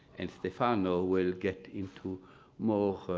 and stefano will get into more